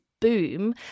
boom